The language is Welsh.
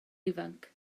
ifanc